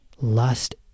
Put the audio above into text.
lust